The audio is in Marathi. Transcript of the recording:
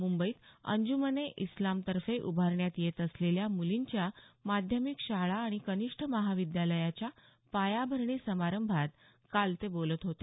मुंबईत अंजुमन ए इस्लामतर्फे उभारण्यात येत असलेल्या मुलींच्या माध्यमिक शाळा आणि कनिष्ठ महाविद्यालयाच्या पायाभरणी समारंभात काल ते बोलत होते